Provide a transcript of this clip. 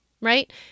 right